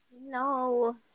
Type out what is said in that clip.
No